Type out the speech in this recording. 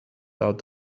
out